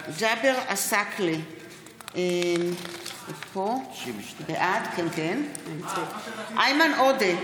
עסאקלה, בעד איימן עודה,